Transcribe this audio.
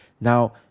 Now